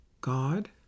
God